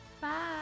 Bye